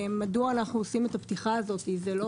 למה אנו עושים את הפתיחה הזו.